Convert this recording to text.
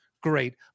great